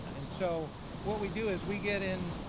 and so what we do is we get in,